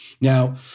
Now